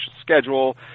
schedule